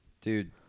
Dude